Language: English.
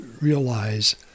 realize